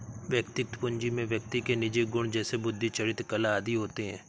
वैयक्तिक पूंजी में व्यक्ति के निजी गुण जैसे बुद्धि, चरित्र, कला आदि होते हैं